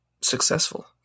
successful